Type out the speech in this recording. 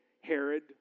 Herod